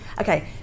okay